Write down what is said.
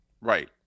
Right